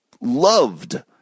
loved